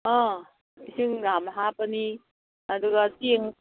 ꯑꯥ ꯏꯁꯤꯡ ꯍꯥꯟꯅ ꯍꯥꯞꯄꯅꯤ ꯑꯗꯨꯒ ꯆꯦꯡ